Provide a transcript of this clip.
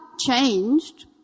changed